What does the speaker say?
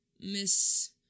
Miss